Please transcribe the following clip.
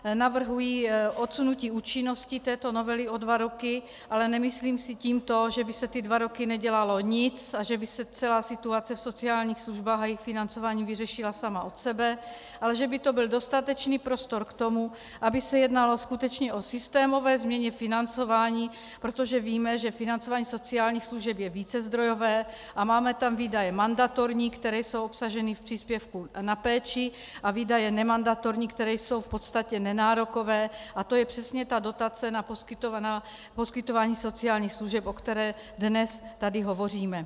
Navrhuji odsunutí účinnosti této novely o dva roky, ale nemyslím si tímto, že by se dva roky nedělalo nic a že by se celá situace v sociálních službách a jejich financování vyřešila sama od sebe, ale že by to byl dostatečný prostor k tomu, aby se jednalo skutečně o systémové změny financování, protože víme, že financování sociálních služeb je vícezdrojové, a máme tam výdaje mandatorní, které jsou obsaženy v příspěvku na péči, a výdaje nemandatorní, které jsou v podstatě nenárokové, a to je přesně dotace na poskytování sociálních služeb, o které tady dnes hovoříme.